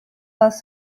was